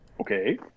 Okay